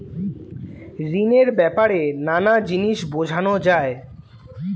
ঋণের ব্যাপারে নানা জিনিস বোঝানো যায়